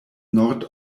nord